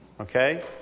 Okay